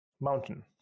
mountain